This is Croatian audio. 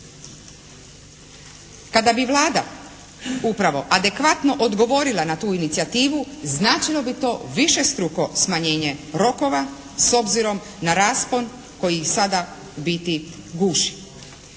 Kada bi Vlada upravo adekvatno odgovorila na tu inicijativu značilo bi to višestruko smanjenje rokova, s obzirom na raspon koji sada u biti guši.